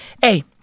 hey